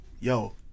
yo